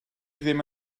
ddim